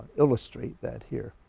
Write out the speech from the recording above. illustrate that here.